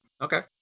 Okay